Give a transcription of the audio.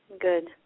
Good